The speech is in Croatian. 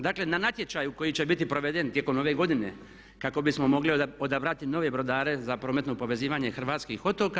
Dakle na natječaju koji će biti proveden tijekom ove godine kako bismo mogli odabrati nove brodare za prometno povezivanje hrvatskih otoka.